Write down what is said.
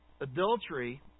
adultery